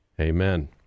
Amen